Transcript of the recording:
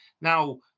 Now